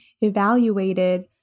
evaluated